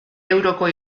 euroko